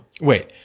wait